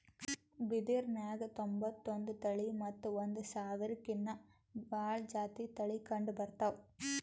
ಬಿದಿರ್ನ್ಯಾಗ್ ತೊಂಬತ್ತೊಂದು ತಳಿ ಮತ್ತ್ ಒಂದ್ ಸಾವಿರ್ಕಿನ್ನಾ ಭಾಳ್ ಜಾತಿ ತಳಿ ಕಂಡಬರ್ತವ್